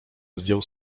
zdjął